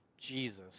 Jesus